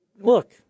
look